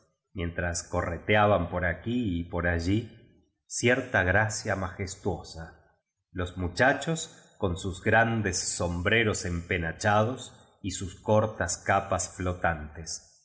mientras correteaban por aquí y por allí cierta gracia majestuosa los muchachos con sus grandes sombreros empenachados y sus cortas capas flotantes